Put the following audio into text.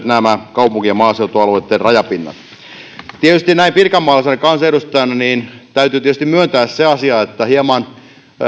nämä kaupunki ja maaseutualueitten rajapinnat näin pirkanmaalaisena kansanedustajana täytyy tietysti myöntää se asia että hieman